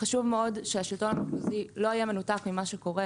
חשוב מאוד שהשלטון המרכזי לא יהיה מנותק ממה שקורה